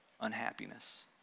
unhappiness